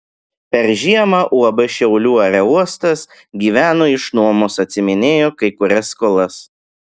per žiemą uab šiaulių aerouostas gyveno iš nuomos atsiiminėjo kai kurias skolas